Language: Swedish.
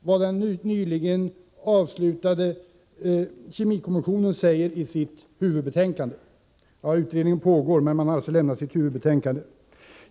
Vad kemikommissionen säger i sitt huvudbetänkande är då intressant — utredningen pågår men man har alltså avgivit sitt huvudbetänkande.